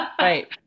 Right